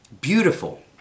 beautiful